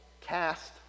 cast